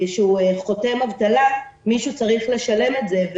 שהם חותמים על אבטלה מישהו צריך לשלם את זה.